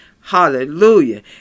Hallelujah